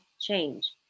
change